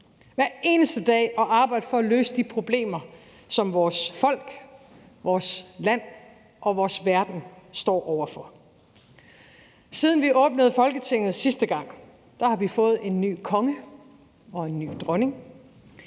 hver eneste dag at arbejde for at løse de problemer, som vores folk, vores land og vores verden står over for. Siden vi åbnede Folketinget sidste gang, har vi fået en ny konge og en ny dronning.